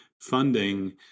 funding